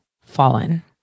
fallen